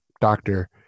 doctor